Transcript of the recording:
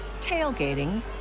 tailgating